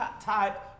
type